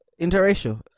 interracial